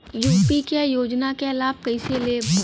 UP क योजना क लाभ कइसे लेब?